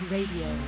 Radio